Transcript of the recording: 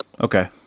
Okay